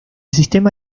sistema